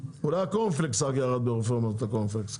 אולי הקורנפלקס רק ירד ברפורמת הקורנפלקס.